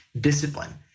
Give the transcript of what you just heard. discipline